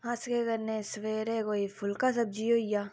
अस केह् करने सवैरे कोइ फुल्का सब्जी होइया